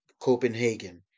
Copenhagen